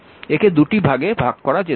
একে দুটি ভাগে ভাগ করা যেতে পারে